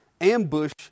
ambush